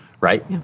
right